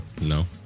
no